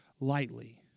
lightly